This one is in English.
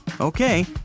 Okay